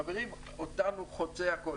חברים, אותנו חוצה הכול.